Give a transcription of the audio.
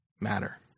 matter